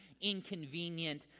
inconvenient